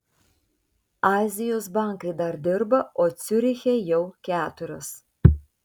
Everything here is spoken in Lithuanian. azijos bankai dar dirba o ciuriche jau keturios